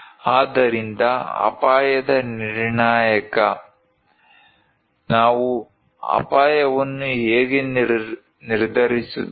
ಆದ್ದರಿಂದ ಅಪಾಯದ ನಿರ್ಣಾಯಕ ನಾವು ಅಪಾಯವನ್ನು ಹೇಗೆ ನಿರ್ಧರಿಸುತ್ತೇವೆ